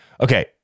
Okay